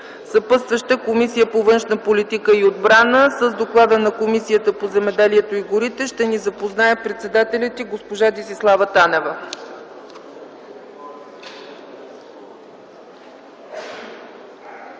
Съпътстваща е Комисията по външна политика и отбрана. С доклада на Комисията по земеделието и горите ще ни запознае председателят й госпожа Десислава Танева.